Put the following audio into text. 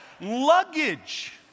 luggage